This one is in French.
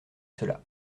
cela